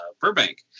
Burbank